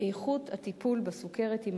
בתחום סוכרת סוג 1,